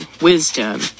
wisdom